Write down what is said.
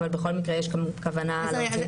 אבל בכל מקרה יש גם כוונה להוציא מכתב.